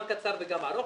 גם קצר וגם ארוך,